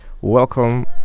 welcome